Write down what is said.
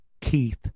Keith